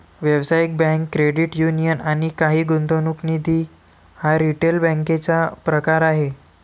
व्यावसायिक bank, credit union आणि काही गुंतवणूक निधी हा रिटेल बँकेचा प्रकार आहे